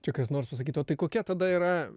čia kas nors pasakytų o tai kokia tada yra